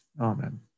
Amen